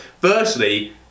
Firstly